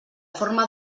forma